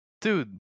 dude